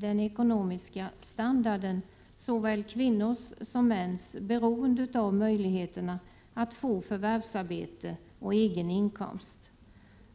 Den ekonomiska standarden, såväl kvinnors som mäns, är beroende av möjligheterna att få förvärvsarbete och egen inkomst.